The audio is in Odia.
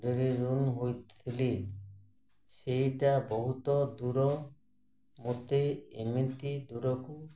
ଡେରି ହୋଇଥିଲି ସେଇଟା ବହୁତ ଦୂର ମୋତେ ଏମିତି ଦୂରକୁ